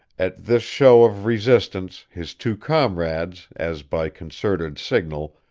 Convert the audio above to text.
at this show of resistance his two comrades, as by concerted signal,